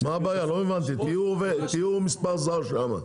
תהיו מספר זר שם.